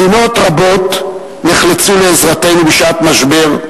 מדינות רבות נחלצו לעזרתנו בשעת משבר,